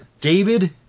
David